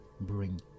bring